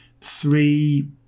three